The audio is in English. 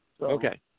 Okay